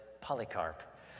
Polycarp